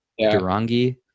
Durangi